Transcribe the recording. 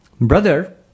Brother